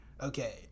okay